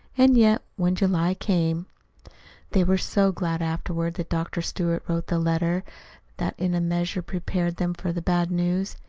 and yet, when july came they were so glad, afterward, that dr. stewart wrote the letter that in a measure prepared them for the bad news.